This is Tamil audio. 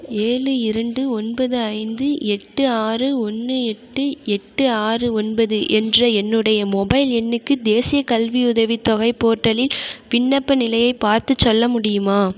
ஏழு இரண்டு ஒன்பது ஐந்து எட்டு ஆறு ஒன்று எட்டு எட்டு ஆறு ஒன்பது என்ற என்னுடைய மொபைல் எண்ணுக்கு தேசியக் கல்வியுதவித் தொகை போர்ட்டலில் விண்ணப்ப நிலையைப் பார்த்துச் சொல்ல முடியுமா